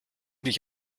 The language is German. dich